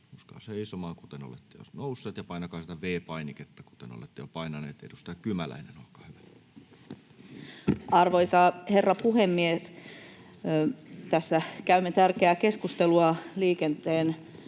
nouskaa seisomaan, kuten olette jo nousseet, ja painakaa sitä V-painiketta, kuten olette jo painaneet. — Edustaja Kymäläinen, olkaa hyvä. Arvoisa herra puhemies! Tässä käymme tärkeää keskustelua liikenteestä